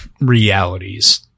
realities